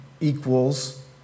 equals